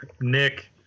Nick –